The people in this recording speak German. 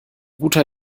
guter